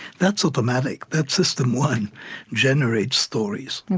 that's automatic, that system one generates stories.